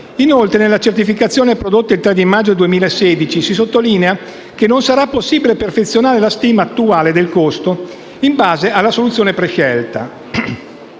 Inoltre nella certificazione prodotta il 3 maggio 2016 si sottolinea come non sarà possibile perfezionare la stima attuale del costo in base alla soluzione prescelta.